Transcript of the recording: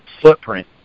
footprint